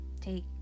take